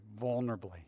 vulnerably